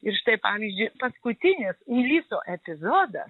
ir štai pavyzdžiui paskutinis uliso epizodas